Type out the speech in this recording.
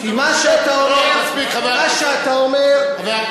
שם משהו אחר, כי מה שאתה אומר, מספיק.